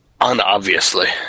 unobviously